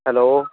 hello